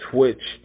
Twitch